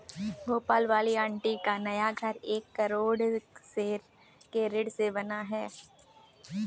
भोपाल वाली आंटी का नया घर एक करोड़ के ऋण से बना है